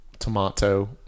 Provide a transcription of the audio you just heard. tomato